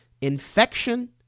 infection